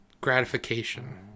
gratification